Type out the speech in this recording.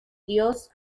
dios